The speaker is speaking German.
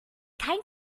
kein